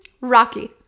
Rocky